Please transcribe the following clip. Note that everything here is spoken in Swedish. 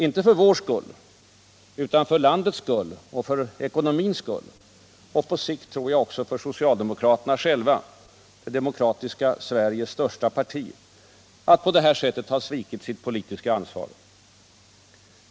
Inte för vår skull, utan för landets skull och för dess ekonomi. Och på sikt, tror jag, också för socialdemokraterna — det demokratiska Sveriges största parti — att på detta sätt ha svikit sitt politiska ansvar.